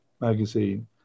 Magazine